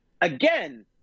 again